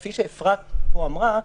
כפי שאפרת פה אמרה,